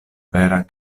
vera